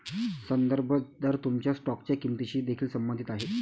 संदर्भ दर तुमच्या स्टॉकच्या किंमतीशी देखील संबंधित आहे